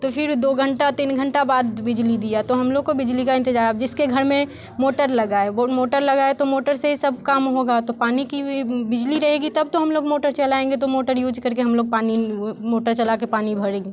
तो फिर दो घंटा तीन घंटा बाद बिजली दिया तो हम लोग को बिजली का इंतजार अब जिसके घर में मोटर लगा है वो मोटर लगा है तो मोटर से ही सब काम होगा तो पानी की बिजली रहेगी तब तो हम लोग मोटर चलाएँगे तो मोटर यूज करके हम लोग पानी मोटर चला के पानी भरेंगे